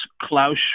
Klaus